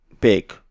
big